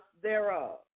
thereof